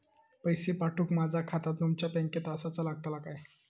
पैसे पाठुक माझा खाता तुमच्या बँकेत आसाचा लागताला काय?